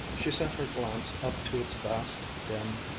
she sent her glance up to its vast, dim,